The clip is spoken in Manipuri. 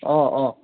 ꯑꯥ ꯑꯥ